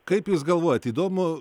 kaip jūs galvojat įdomu